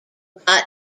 got